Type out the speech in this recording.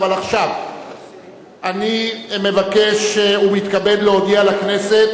אבל עכשיו אני מבקש ומתכבד להודיע לכנסת,